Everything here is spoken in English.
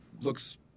looks